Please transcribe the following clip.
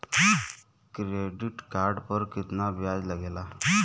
Credit card पर कितना ब्याज लगेला?